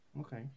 Okay